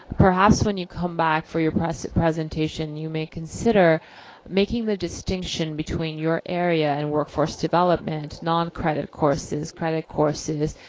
ah perhaps when you come back for your presentation you may consider making the distinction between your area in workforce development, non-credit courses, credit courses.